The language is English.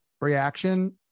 reaction